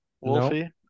Wolfie